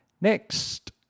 next